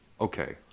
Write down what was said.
okay